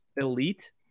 elite